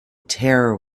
terror